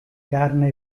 carne